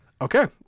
Okay